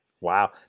Wow